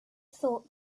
thought